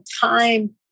time